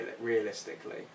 realistically